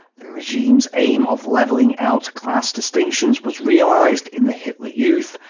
the regime's aim of leveling out class distinctions was realized in the hitler youth,